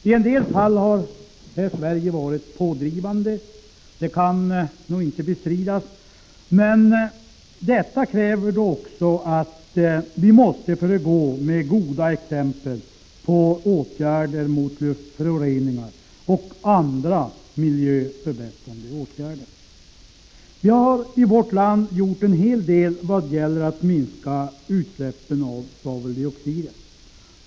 I en del fall har Sverige här varit pådrivande — det kan nog inte bestridas —, men detta kräver också att vi föregår med goda exempel på åtgärder mot luftföroreningar och andra miljöförbättrande åtgärder. Vi har i vårt land gjort en hel del vad det gäller att minska utsläppen av svaveldioxider.